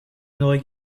n’aurais